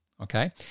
okay